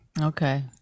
Okay